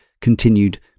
continued